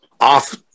off